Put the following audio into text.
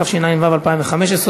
התשע"ו 2015,